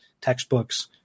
textbooks